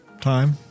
time